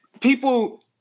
people